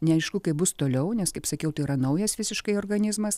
neaišku kaip bus toliau nes kaip sakiau tai yra naujas visiškai organizmas